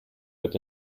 but